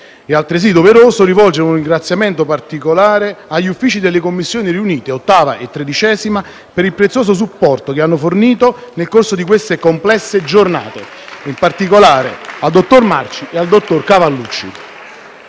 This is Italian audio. altresì, doveroso rivolgere un ringraziamento particolare agli uffici delle Commissioni riunite 8a e 13a per il prezioso supporto che hanno fornito nel corso di queste complesse giornate, in particolare ai dottori Marci e Cavallucci.